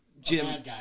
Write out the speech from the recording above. Jim